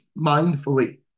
mindfully